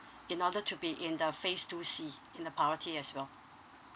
in order to be in the phase two C in the priority as well